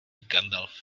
gandalf